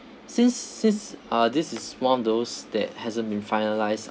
since since uh this is one of those that hasn't been finalised